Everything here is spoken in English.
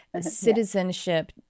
citizenship